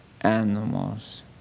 animals